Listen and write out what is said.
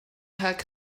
rhag